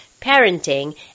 parenting